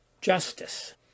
justice